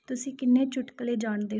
ਤੁਸੀਂ ਕਿੰਨੇ ਚੁਟਕਲੇ ਜਾਣਦੇ ਹੋ